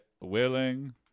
willing